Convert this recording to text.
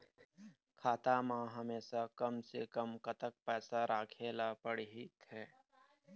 खाता मा हमेशा कम से कम कतक पैसा राखेला पड़ही थे?